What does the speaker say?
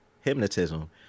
hypnotism